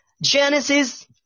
Genesis